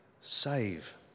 save